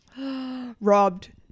Robbed